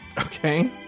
Okay